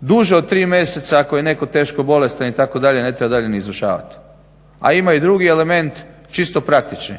duže od 3 mjeseca ako je netko teško bolestan itd. ne treba dalje ni izvršavati. A ima i drugi element, čisto praktični.